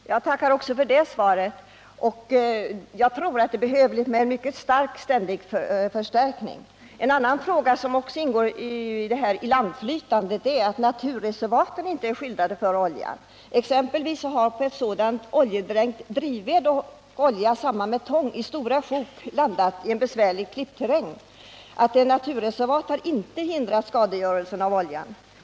Herr talman! Jag tackar också för det svaret. Jag tror att det är behövligt med en mycket stark och ständig utrustningsförstärkning. En annan fråga som också har samband med ilandflytandet är att naturreservaten ju inte är skyddade mot olja. Exempelvis har oljedränkt drivved och olja tillsammans med tång i stora sjok landat i en besvärlig klippterräng. Att platsen är ett naturreservat har naturligtvis inte hindrat oljans skadegörelse.